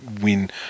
win